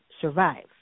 survive